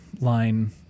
line